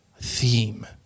theme